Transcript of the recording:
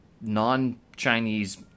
non-Chinese